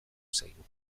zaigu